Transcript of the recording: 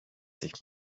sich